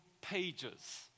pages